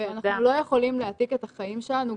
אנחנו לא יכולים להעתיק את החיים שלנו,